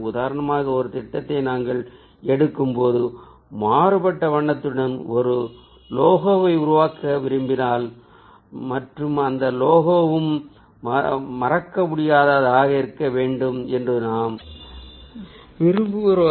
உதாரணமாக ஒரு திட்டத்தை நாங்கள் எடுக்கும்போது மாறுபட்ட வண்ணத்துடன் ஒரு லோகோவை உருவாக்க விரும்பினால் மற்றும் அந்த லோகோவும் மறக்கமுடியாததாக இருக்க வேண்டும் என்று நாம் விரும்புகிறோம்